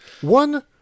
One